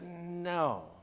No